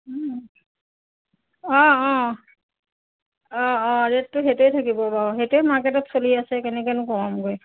অঁ অঁ অঁ অঁ ৰেটটো সেইটোৱে থাকিব বাৰু সেইটোৱে মাৰ্কেটত চলি আছে কেনেকৈনো কমামগৈ